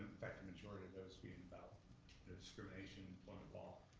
fact, the majority of those being about the discrimination employment law.